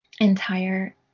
entire